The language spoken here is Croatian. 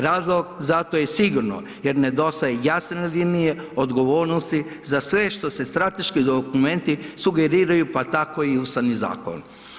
Razlog za to je sigurno jer nedostaje jasno ozbiljnije odgovornosti za sve što se strateški dokumenti sugeriraju, pa tako i Ustavni zakon.